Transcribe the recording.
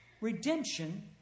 redemption